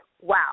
wow